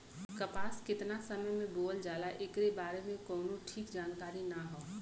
कपास केतना समय से बोअल जाला एकरे बारे में कउनो ठीक जानकारी ना हौ